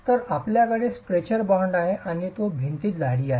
तर आपल्याकडे stretcher bond आहे आणि ते भिंतीची जाडी आहे